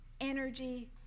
energy